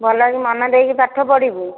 ଭଲକି ମନ ଦେଇକି ପାଠ ପଢ଼ିବୁ